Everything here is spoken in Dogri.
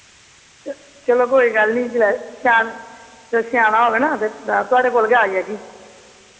चलो कोई गल्ल निं जेल्लै शैल सेआना होग ना ते थोआढ़े कोल गै आई जागी